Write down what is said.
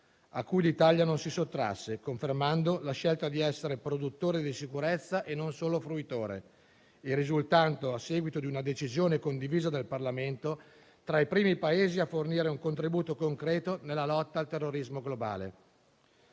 a cui l'Italia non si sottrasse, confermando la scelta di essere produttore di sicurezza e non solo fruitore e risultando, a seguito di una decisione condivisa dal Parlamento, tra i primi Paesi a fornire un contributo concreto nella lotta al terrorismo globale.